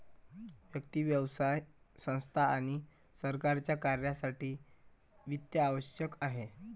व्यक्ती, व्यवसाय संस्था आणि सरकारच्या कार्यासाठी वित्त आवश्यक आहे